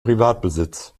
privatbesitz